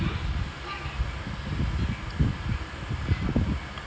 it's more ya I guess lah but the thing is you know you have to like நீ:nee